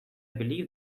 believe